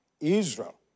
Israel